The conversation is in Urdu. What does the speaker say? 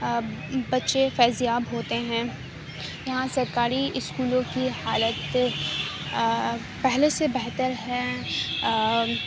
بچے فیضیاب ہوتے ہیں یہاں سرکاری اسکولوں کی حالت پہلے سے بہتر ہے